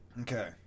Okay